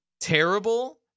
terrible